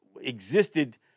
existed